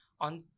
on